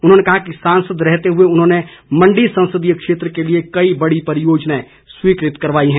उन्होंने कहा कि सांसद रहते हुए उन्होंने मण्डी संसदीय क्षेत्र के लिए कई बड़ी परियोजनाएं स्वीकृत करवाई है